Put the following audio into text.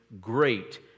great